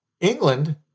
England